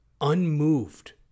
unmoved